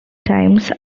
times